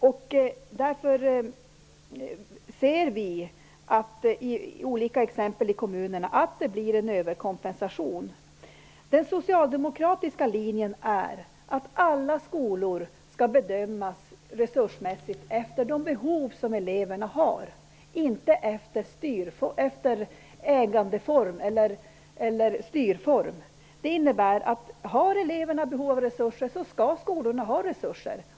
Vi ser i kommunerna olika exempel på att det sker en överkompensation. Den socialdemokratiska linjen är att alla skolor skall bedömas resursmässigt efter de behov som eleverna har, inte efter ägandeform eller styrform. Det innebär att skolorna skall få resurser om eleverna har behov av resurser.